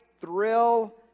thrill